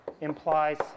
implies